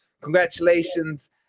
congratulations